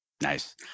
Nice